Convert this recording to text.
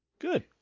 Good